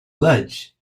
ledge